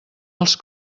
els